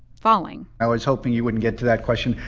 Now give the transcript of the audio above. falling i was hoping you wouldn't get to that question.